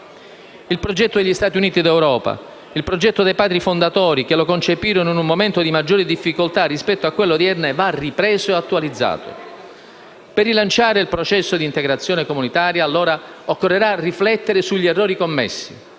Il progetto degli Stati Uniti d'Europa, il progetto dei Padri fondatori, che lo concepirono in un momento di maggiori difficoltà rispetto a quelle odierne, va ripreso e attualizzato. Per rilanciare il processo di integrazione comunitaria, allora, occorrerà riflettere sugli errori commessi.